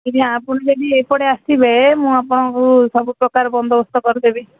ତେବେ ଆପଣ ଯଦି ଏପଟେ ଆସିବେ ମୁଁ ଆପଣଙ୍କୁ ସବୁ ପ୍ରକାର ବନ୍ଦୋବସ୍ତ କରିଦେବି